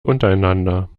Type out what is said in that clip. untereinander